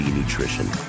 nutrition